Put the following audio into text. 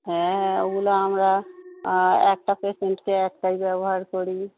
হ্যাঁ হ্যাঁ ওগুলো আমরা একটা পেশেন্টকে একটাই ব্যবহার করি